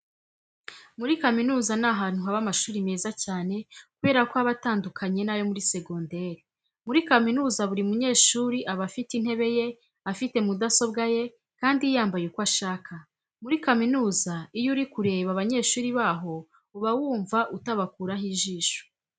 Muri kaminuza ni ahantu haba amashuri meza cyane kubera ko aba atanduknaye n'ayo muri segonderi. Muri kaminuza buri munyeshuri aba afite intebe ye, afite mudasobwa ye kandi yambaye uko ashaka. Muri kaminuza iyo uri kureba abanyeshuri baho uba wumva utabakuraho ijisho.